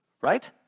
Right